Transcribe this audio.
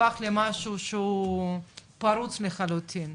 הפך למשהו פרוץ לחלוטין.